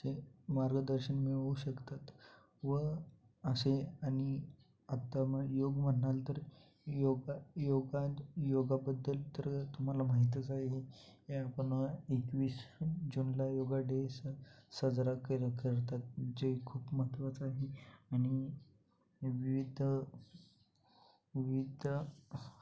मार्गदर्शन मिळू शकतात व असे आणि आत्ता मग योग म्हणाल तर योगा योगा योगाबद्दल तर तुम्हाला माहीतच आहे हे आपण एकवीस जूनला योग डे साजरा केलं करतात जे खूप महत्वाचं आहे आणि विविध विविध